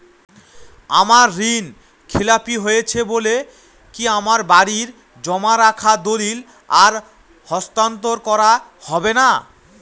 আমার ঋণ খেলাপি হয়েছে বলে কি আমার বাড়ির জমা রাখা দলিল আর হস্তান্তর করা হবে না?